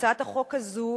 הצעת החוק הזאת,